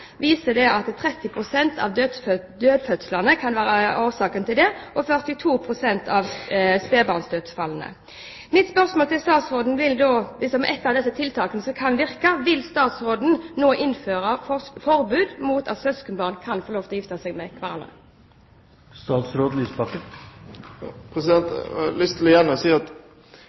Mitt spørsmål til statsråden blir da: Dersom ett av disse tiltakene kan virke, vil statsråden nå innføre forbud mot at søskenbarn kan få lov til å gifte seg med hverandre? Jeg har igjen lyst til å si at